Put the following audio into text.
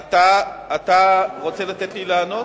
אתה רוצה לתת לי לענות?